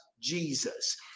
Jesus